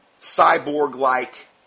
cyborg-like